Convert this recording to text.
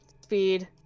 speed